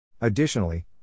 Additionally